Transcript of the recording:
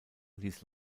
ließ